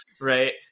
right